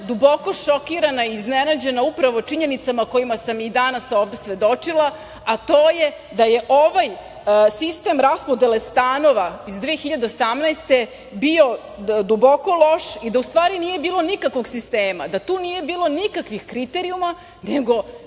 duboko šokirana i iznenađena upravo činjenicama kojima sam i danas ovde svedočila, a to je da je ovaj sistem raspodele stanova iz 2018. godine bio duboko loš i da u stvari nije bilo nikakvog sistema, da tu nije bilo nikakvih kriterijuma, nego